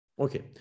Okay